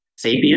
Sapien